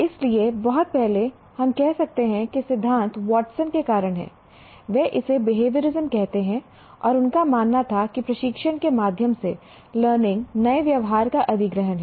इसलिए बहुत पहले हम कह सकते हैं कि सिद्धांत वाटसन के कारण है वे इसे बिहेवियरिज्म कहते हैं और उनका मानना था कि प्रशिक्षण के माध्यम से लर्निंग नए व्यवहार का अधिग्रहण है